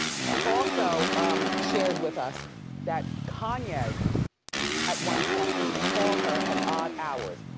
she also um shared with us that kanye at one point used to call her at odd hours.